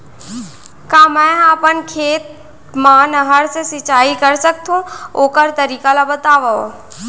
का मै ह अपन खेत मा नहर से सिंचाई कर सकथो, ओखर तरीका ला बतावव?